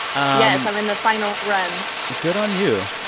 i'm in the final run good on you.